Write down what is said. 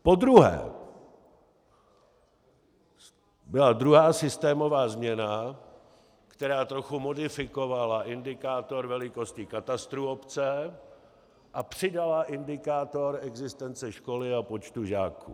Podruhé byla druhá systémová změna, která trochu modifikovala indikátor velikosti katastru obce a přidala indikátor existence školy a počtu žáků.